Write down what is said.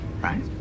right